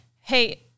hey